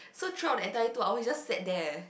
so throughout the entire two hours he just sat there